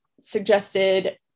suggested